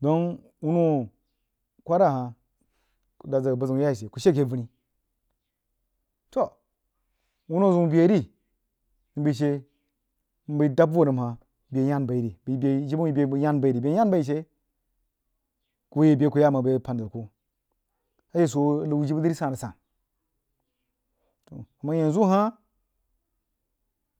Don wunno kwara hah, ku dad zəg buzin yai she ke vunni toh wunno zeun bai ri nbai she nbai voh nam hah beh yam bai ri jibbə wuin beh yam bai ri, beh yam bai ri she ku yi beh aku ya ye məng a she soo a nau jibbə nri san-san yanzu han